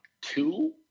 two